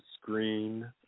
screen